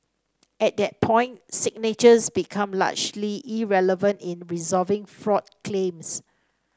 at that point signatures became largely irrelevant in resolving fraud claims